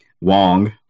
Wong